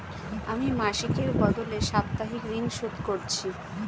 আমি মাসিকের বদলে সাপ্তাহিক ঋন শোধ করছি